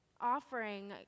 offering